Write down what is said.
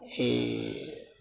ଇ